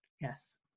yes